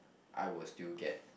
I will still get